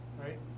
right